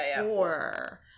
four